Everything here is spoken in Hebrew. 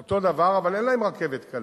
אותו דבר, אבל אין להם רכבת קלה.